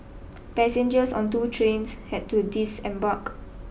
passengers on two trains had to disembark